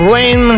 Rain